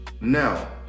now